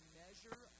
measure